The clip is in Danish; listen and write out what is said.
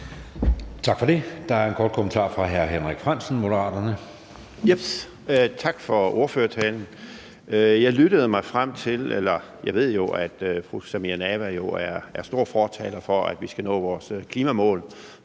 Tak for det. Der er en kort bemærkning fra hr. Henrik Frandsen, Moderaterne. Kl. 13:24 Henrik Frandsen (M): Tak for ordførertalen. Jeg ved jo, at fru Samira Nawa er stor fortaler for, at vi skal nå vores klimamål,